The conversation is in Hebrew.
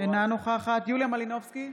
אינה נוכחת יוליה מלינובסקי,